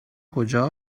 کجا